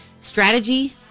strategy